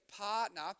partner